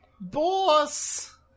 Boss